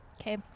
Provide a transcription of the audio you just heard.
Okay